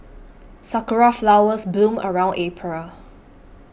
sakura flowers bloom around April